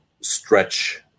stretch